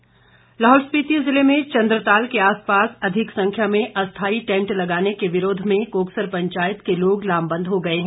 कोकसर पंचायत लाहौल स्पीति जिले में चंद्रताल के आसपास अधिक संख्या में अस्थाई टैंट लगाने के विरोध में कोकसर पंचायत के लोग लामबंद हो गए हैं